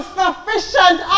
sufficient